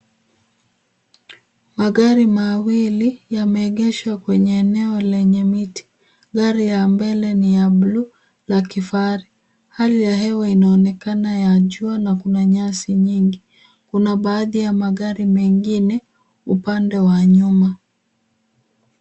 Magari mawili yamegesha kwenye eneo lenye miti. Gari ya mbele ni ya bluu, la kifari. Hali ya hewa inaonekana ya jua, na kuna nyasi nyingi. Kuna baadhi ya magari mengine upande wa nyuma.